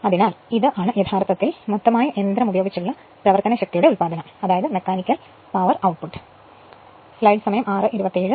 അതിനാൽ ഇത് ആണ് യഥാർത്ഥത്തിൽ മൊത്തമായ യന്ത്രം ഉപയോഗിച്ചുള്ള പ്രവർത്തന ശക്തിയുടെ ഉത്പാദനം mechanical power output